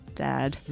dad